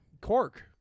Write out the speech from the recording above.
Cork